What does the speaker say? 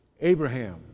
Abraham